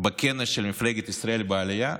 בכנסת של מפלגת ישראל בעלייה.